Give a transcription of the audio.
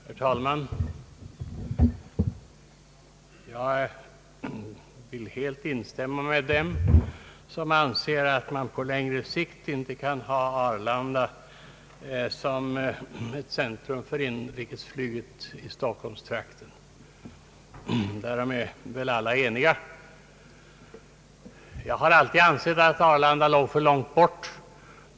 Herr talman! Jag vill helt instämma med dem som anser att man inte på längre sikt kan ha Arlanda som ett centrum för inrikesflyget i stockholmstrakten. Därom är väl också alla eniga. Arlanda ligger för långt bort.